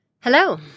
Hello